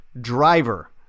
driver